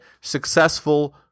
successful